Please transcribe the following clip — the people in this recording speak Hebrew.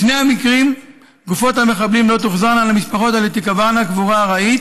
בשני המקרים גופות המחבלים לא תוחזרנה למשפחות אלא תיקברנה קבורה ארעית